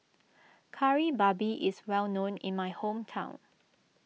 Kari Babi is well known in my hometown